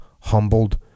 humbled